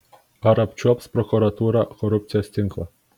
ar apčiuops prokuratūra korupcijos tinklą